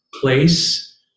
place